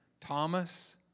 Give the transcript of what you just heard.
Thomas